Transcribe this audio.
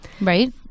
Right